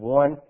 one